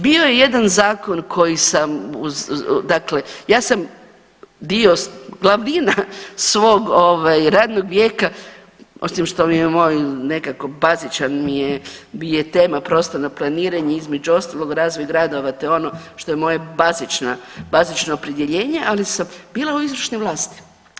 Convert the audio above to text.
Bio je jedan zakon koji sam, dakle ja sam dio glavnina svog ovaj radnog vijeka osim što mi je moj nekako bazičan mi je, mi je tema prostorno planiranje između ostalog razvoj gradova to je ono što je moje bazična, bazično opredjeljenje ali sam bila u izvršnoj vlasti.